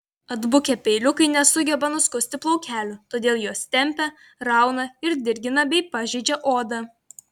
atbukę peiliukai nesugeba nuskusti plaukelių todėl juos tempia rauna ir dirgina bei pažeidžia odą